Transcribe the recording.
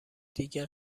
دیگه